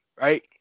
right